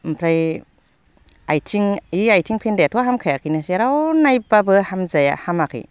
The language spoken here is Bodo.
ओमफ्राय आथिं बे आथिं फेन्दायाथ' हामखायाखैनो जेराव नायबाबो हामजाया हामाखै